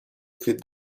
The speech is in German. für